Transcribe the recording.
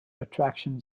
attractions